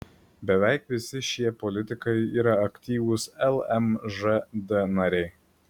beveik visi šie politikai yra aktyvūs lmžd nariai